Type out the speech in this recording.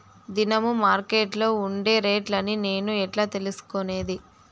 దినము మార్కెట్లో ఉండే రేట్లని నేను ఎట్లా తెలుసుకునేది?